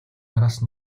араас